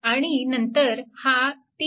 आणि नंतर हा 3A